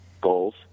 goals